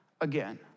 again